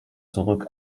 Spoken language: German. zurück